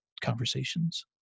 conversations